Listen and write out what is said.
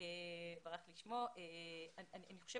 אני חושבת